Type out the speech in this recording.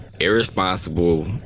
irresponsible